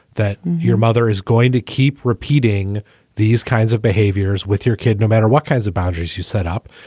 that your mother is going to keep repeating these kinds of behaviors with your kid, no matter what kinds of boundaries you set up.